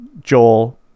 Joel